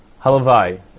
halavai